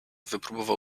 wypróbował